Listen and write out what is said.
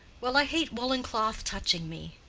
well, i hate woolen cloth touching me.